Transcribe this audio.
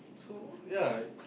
so ya